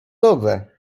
dobę